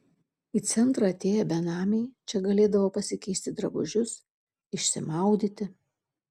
į centrą atėję benamiai čia galėdavo pasikeisti drabužius išsimaudyti